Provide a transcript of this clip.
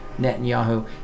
Netanyahu